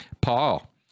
Paul